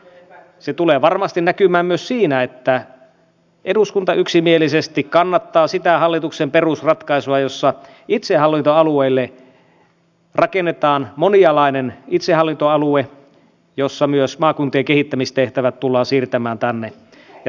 ja se tulee varmasti näkymään myös siinä että eduskunta yksimielisesti kannattaa sitä hallituksen perusratkaisua jossa rakennetaan monialainen itsehallintoalue ja jossa myös maakuntien kehittämistehtävät tullaan siirtämään sinne